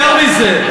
יותר מזה,